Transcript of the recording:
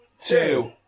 two